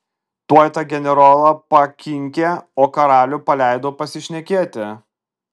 tuoj tą generolą pakinkė o karalių paleido pasišnekėti